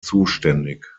zuständig